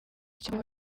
cyangwa